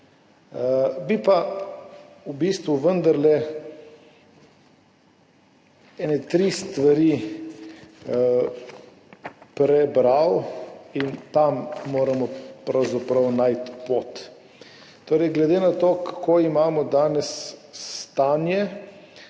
Bi pa vendarle kakšne tri stvari prebral, tam moramo pravzaprav najti pot. »Glede na to, kakšno imamo danes stanje,